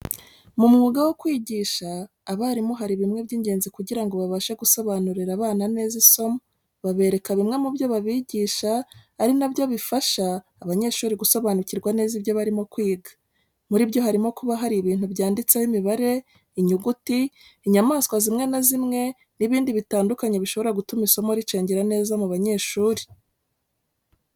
Mu mwuga wo kwigisha abarimu hari bimwe by'ingenzi kugira ngo babashe gusobanurira abana neza isomo, babereka bimwe mu byo babigisha ari na byo bifasha abanyeshuri gusobanukirwa neza ibyo barimo kwiga. Muri byo harimo kuba hari ibintu byanditseho imibare, inyuguti, inyamaswa zimwe na zimwe n'ibindi bitandukanye bishobora gutuma isomo ricengera neza mu banyeshuri.